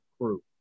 crew